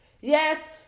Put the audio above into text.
yes